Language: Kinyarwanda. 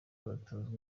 butazwi